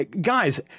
guys